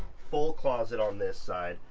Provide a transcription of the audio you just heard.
full closet on this side,